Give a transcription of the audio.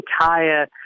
entire